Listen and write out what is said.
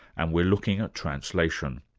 and we're looking at translation.